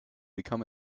become